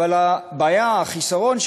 אבל החיסרון,